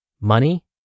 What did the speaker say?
money